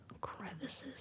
crevices